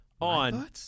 on